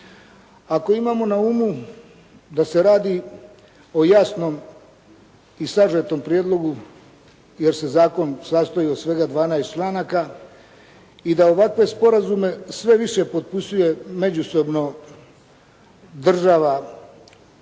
Ako imamo na umu da se radi o jasnom i sažetom prijedlogu jer se zakon sastoji od svega 12 članaka i da ovakve sporazume sve više potpisuje međusobno država